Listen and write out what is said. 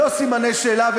יש בו סימן שאלה.